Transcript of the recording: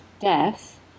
death